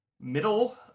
middle